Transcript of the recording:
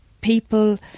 people